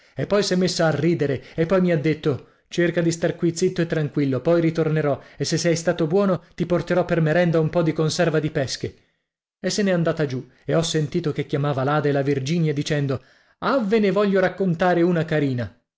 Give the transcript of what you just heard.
e poi s'è messa a ridere e poi mi ha detto cerca di star qui zitto e tranquillo poi ritornerò e se sei stato buono ti porterò per merenda un po di conserva di pesche e se n'è andata giù e ho sentito che chiamava l'ada e la virginia dicendo ah ve ne voglio raccontare una carina